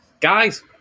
guys